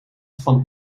van